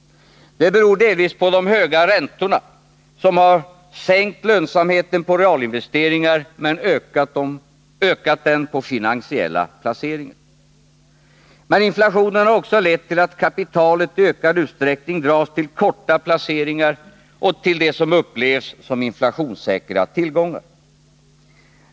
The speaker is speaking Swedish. Det beror delvis på de höga räntorna, som har sänkt lönsamheten för realinvesteringar men ökat den för finansiella placeringar. Men inflationen har dessutom lett till att kapitalet i ökad utsträckning dras till korta placeringar och till det som upplevs som inflationssäkra tillgångar.